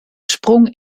sprong